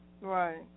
Right